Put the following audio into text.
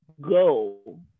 go